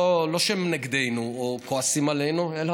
לא שהם נגדנו או כועסים עלינו, אלא